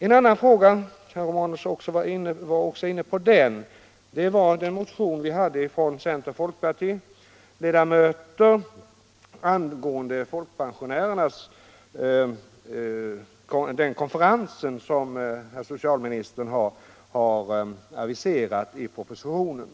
En annan fråga, som också herr Romanus var inne på, är upptagen i en motion från center-folkpartiledamöter angående den konferens som socialministern har aviserat i propositionen.